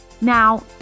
Now